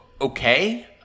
Okay